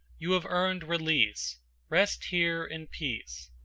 you have earned release rest here in peace.